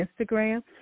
Instagram